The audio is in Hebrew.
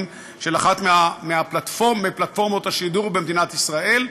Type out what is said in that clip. של אחת מפלטפורמות השידור במדינת ישראל,